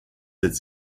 its